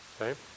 Okay